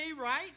right